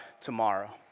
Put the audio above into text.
tomorrow